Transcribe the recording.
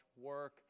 work